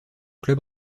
club